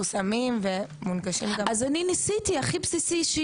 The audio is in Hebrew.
הכי בסיסי שיש אני ניסיתי את זה אתכם ביחד,